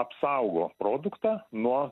apsaugo produktą nuo